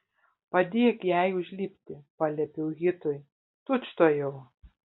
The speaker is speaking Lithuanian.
padėk jai užlipti paliepiau hitui tučtuojau